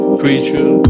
creature